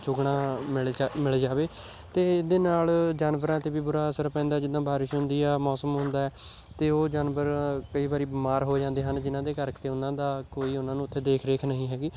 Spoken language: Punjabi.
ਚੁਗਣਾ ਮਿਲ ਜਾ ਮਿਲ ਜਾਵੇ ਅਤੇ ਇਹਦੇ ਨਾਲ ਜਾਨਵਰਾਂ 'ਤੇ ਵੀ ਬੁਰਾ ਅਸਰ ਪੈਂਦਾ ਜਿੱਦਾਂ ਬਾਰਿਸ਼ ਹੁੰਦੀ ਆ ਮੌਸਮ ਹੁੰਦਾ ਅਤੇ ਉਹ ਜਾਨਵਰ ਕਈ ਵਾਰੀ ਬਿਮਾਰ ਹੋ ਜਾਂਦੇ ਹਨ ਜਿਨ੍ਹਾਂ ਦੇ ਕਰਕੇ ਉਹਨਾਂ ਦਾ ਕੋਈ ਉਹਨਾਂ ਨੂੰ ਉੱਥੇ ਦੇਖ ਰੇਖ ਨਹੀਂ ਹੈਗੀ